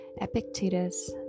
Epictetus